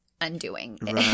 undoing